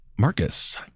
Marcus